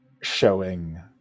showing